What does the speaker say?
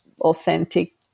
authentic